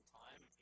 time